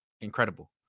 incredible